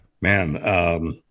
Man